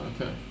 okay